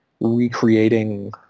recreating